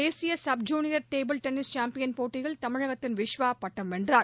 தேசிய sub junior badminton champion போட்டியில் தமிழகத்தின் விஷ்வா பட்டம் வென்றார்